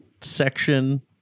section